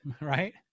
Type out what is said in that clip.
right